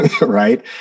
Right